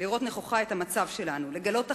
לראות נכוחה את המצב שלנו, לגלות אחריות,